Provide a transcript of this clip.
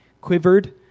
quivered